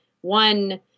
one